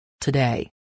Today